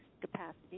capacity